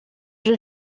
une